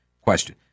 question